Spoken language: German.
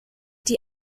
die